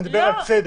אני מדבר על צדק.